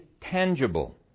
tangible